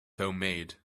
homemade